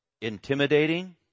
intimidating